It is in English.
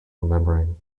remembering